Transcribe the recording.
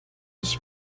ich